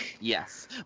Yes